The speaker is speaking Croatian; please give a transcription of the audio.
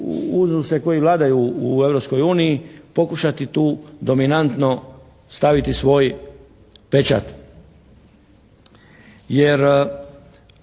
u Europskoj uniji, pokušati tu dominantno staviti svoj pečat. Jer